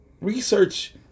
research